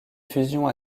fusion